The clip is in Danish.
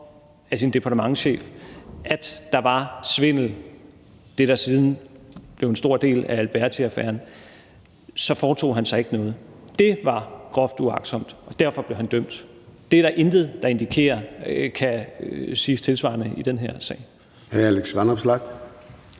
af sin departementschef om, at der var svindel, altså det, der siden blev en stor del af Albertiaffæren, ikke foretog sig noget. Det var groft uagtsomt, og derfor blev han dømt. Der er intet, der indikerer, at man kan sige noget tilsvarende i den her sag.